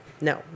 No